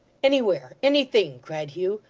anywhere! anything cried hugh.